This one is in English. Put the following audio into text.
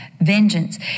Vengeance